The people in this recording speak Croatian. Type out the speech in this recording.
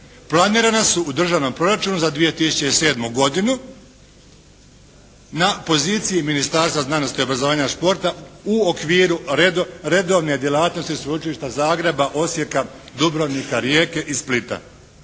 planirana su u Državnom proračunu za 2007. godinu na poziciji Ministarstva znanosti, obrazovanja i športa u okviru redovne djelatnosti sveučilišta Zagreba, Osijeka, Dubrovnika, Rijeke i Splita.